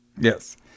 Yes